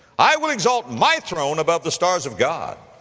i will exalt my throne above the stars of god,